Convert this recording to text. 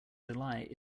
july